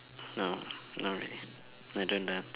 no not really I don't dance